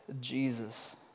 Jesus